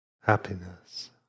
happiness